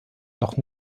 noch